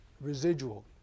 residual